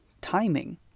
timing